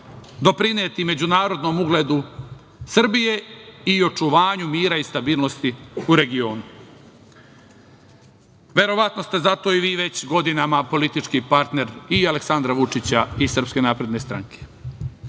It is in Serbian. doprineti međunarodnom ugledu Srbije i očuvanju mira i stabilnosti u regionu. Verovatno ste zato i vi već godinama politički partner i Aleksandra Vučića i SNS.No, da krenemo.